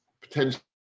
potentially